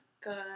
good